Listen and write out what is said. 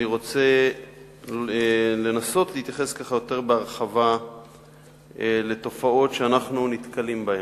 אני רוצה לנסות להתייחס יותר בהרחבה לתופעות שאנחנו נתקלים בהן.